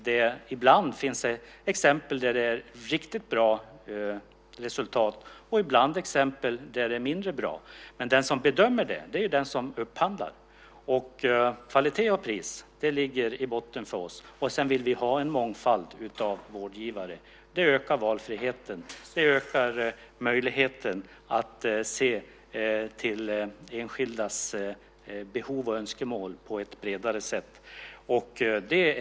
Det finns exempel på att det ibland blivit riktigt bra resultat, och ibland har det blivit mindre bra. Men den som bedömer det är den som upphandlar. Kvalitet och pris ligger i botten för oss, och sedan vill vi ha en mångfald av vårdgivare. Det ökar valfriheten och möjligheten att se till enskildas behov och önskemål på ett bredare sätt.